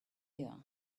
year